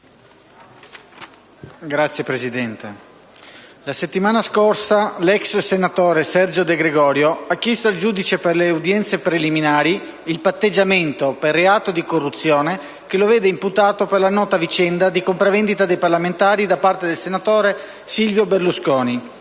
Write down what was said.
Signor Presidente, la settimana scorsa l'ex senatore Sergio De Gregorio ha chiesto al giudice per le udienze preliminari il patteggiamento per il reato di corruzione nell'ambito del processo che lo vede imputato per la nota vicenda di compravendita dei parlamentari da parte del senatore Silvio Berlusconi,